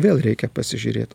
vėl reikia pasižiūrėt